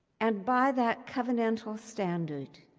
and by that covenantal standard,